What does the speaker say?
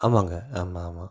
ஆமாங்க ஆமாம் ஆமாம்